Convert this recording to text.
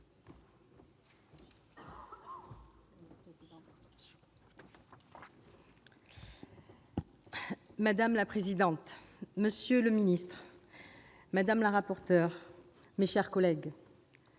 Madame la présidente, monsieur le ministre, madame la rapporteure, mes chers collègues,